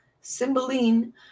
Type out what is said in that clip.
Cymbeline